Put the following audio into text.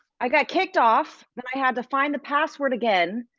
i got kicked off, then i had to find the password again.